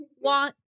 want